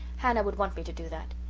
hannah would want me to do that.